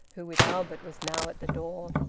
who with albert was now at the door.